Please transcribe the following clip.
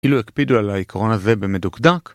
‫אילו הקפידו על העקרון הזה במדוקדק,